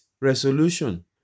resolution